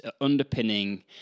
underpinning